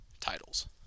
titles